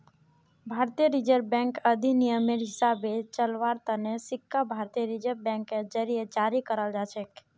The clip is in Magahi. भारतीय रिजर्व बैंक अधिनियमेर हिसाबे चलव्वार तने सिक्का भारतीय रिजर्व बैंकेर जरीए जारी कराल जाछेक